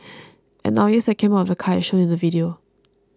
and now yes I came out of the car as shown on the video